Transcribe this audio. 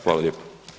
Hvala lijepo.